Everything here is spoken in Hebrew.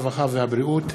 הרווחה והבריאות.